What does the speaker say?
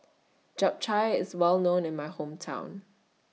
Japchae IS Well known in My Hometown